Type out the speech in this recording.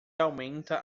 aumenta